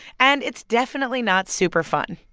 and it's definitely not super fun.